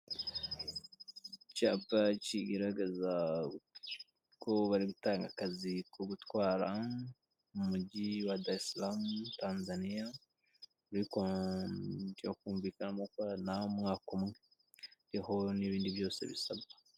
Icyapa kigaragaza ko bari gutanga akazi ko gutwara mu mujyi wa darisaramu Tanzaniya byo kumvikana gukorana umwaka umwe, kiriho nibindi byose bisabwa.